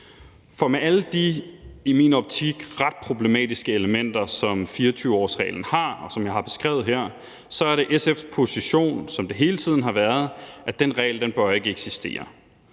For med alle de i min optik ret problematiske elementer, som 24-årsreglen har, og som jeg har beskrevet her, er det SF's position, som det hele tiden har været, at den regel ikke bør eksistere.